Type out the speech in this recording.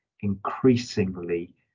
increasingly